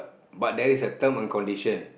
but there is a term and condition